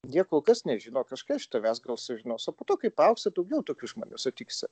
jie kol kas nežino kažką iš tavęs gal sužinos o po to kai paaugsi daugiau tokių žmonių sutiksi